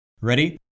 Ready